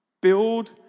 Build